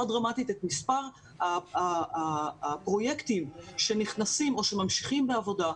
דרמטית את מספר הפרויקטים שנכנסים או שממשיכים בעבודה,